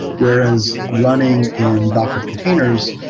whereas running in docker containers,